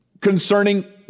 concerning